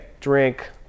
drink